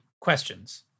questions